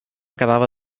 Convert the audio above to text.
quedava